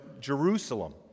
jerusalem